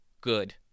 good